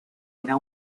era